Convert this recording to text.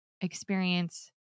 experience